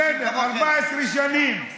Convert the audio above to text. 14 שנים.